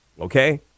okay